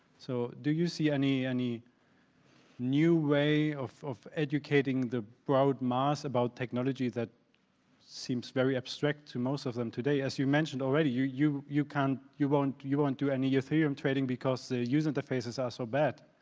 so do you see any any new way of of educating the broad mass about technology that seems very abstract to most of them. today as you mentioned already, you you can't, you wont you wont do any ethereum trading because the user interfaces are so bad.